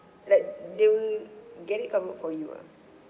like they will get it covered for you ah